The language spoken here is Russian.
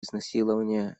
изнасилования